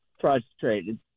frustrated